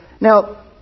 Now